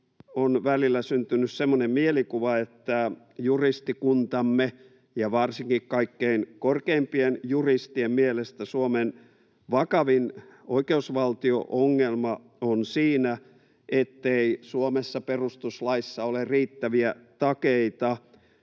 on välillä syntynyt semmoinen mielikuva, että juristikuntamme, ja varsinkin kaikkein korkeimpien juristien, mielestä Suomen vakavin oikeusvaltio-ongelma on siinä, ettei Suomessa perustuslaissa ole riittäviä takeita